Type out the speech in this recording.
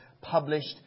published